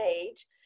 age